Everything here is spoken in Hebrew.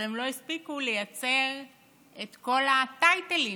אבל הם לא הספיקו לייצר את כל הטייטלים: